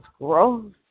gross